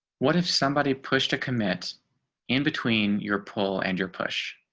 what if somebody pushed a commit in between your pole and your push